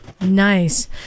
nice